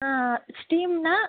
ಹಾಂ ಸ್ಟೀಮನ್ನ